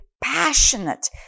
passionate